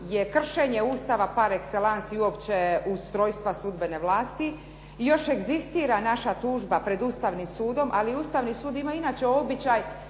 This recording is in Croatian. je kršenje Ustava par exellance i uopće ustrojstva sudbene vlasti. Još egzistira naša tužba pred Ustavnim sudom, ali Ustavni sud ima inače običaj